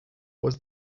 was